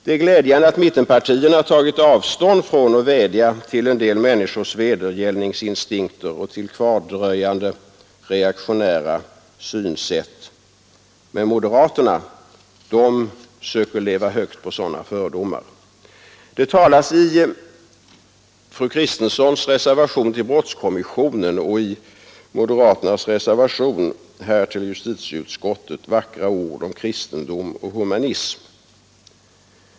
Det är glädjande att mittenpartierna tagit avstånd från att vädja till en del människors vedergällningsinstinkter och till kvardröjande reaktionära synsätt. Men moderaterna söker leva högt på sådana fördomar. Det talas i fru Kristenssons reservation till brottskommissionens betänkande och i moderaternas reservation nr 3 till justitieutskottets betänkande vackra ord om kristendom och humanism.